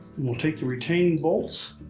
we'll take the retaining bolts.